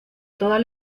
todas